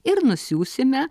ir nusiųsime